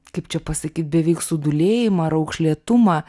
kaip čia pasakyt beveik sudūlėjimą raukšlėtumą